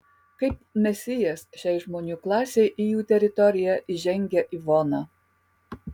kaip mesijas šiai žmonių klasei į jų teritoriją įžengia ivona